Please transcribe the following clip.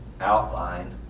outline